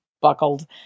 buckled